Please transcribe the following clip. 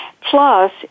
Plus